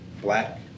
black